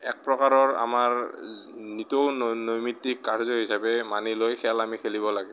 এক প্ৰকাৰৰ আমাৰ নিতৌ নৈ নৈমিত্তিক কাৰ্য্য় হিচাপে মানি লৈ খেল আমি খেলিব লাগে